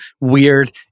weird